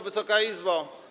Wysoka Izbo!